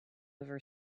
over